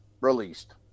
released